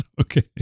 Okay